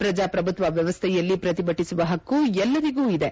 ಪ್ರಜಾಪ್ರಭುತ್ವ ವ್ಯವಸ್ಥೆಯಲ್ಲಿ ಪ್ರತಿಭಟಿಸುವ ಪಕ್ಕು ಎಲ್ಲರಿಗೂ ಇದೆ